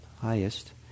highest